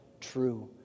true